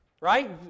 Right